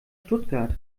stuttgart